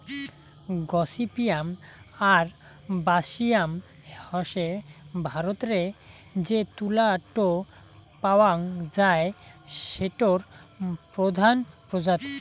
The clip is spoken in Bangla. গসিপিয়াম আরবাসিয়াম হসে ভারতরে যে তুলা টো পাওয়াং যাই সেটোর প্রধান প্রজাতি